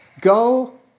Go